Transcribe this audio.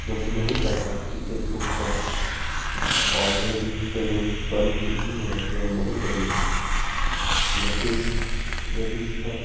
मुझे नहीं पता कि इस बूक पर ओलरेडी फ़िल्म बन चूँकि है या नहीं बनी है लेकिन जब इस पर